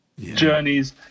journeys